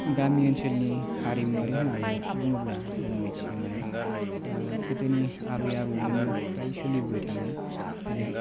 गामि ओनसोलनि हारिमुवारि होननानै बुङोबा जों मिथिनो मोनो गोदोनि आबै आबौमोननिफ्राय सोलिबोबाय थानाय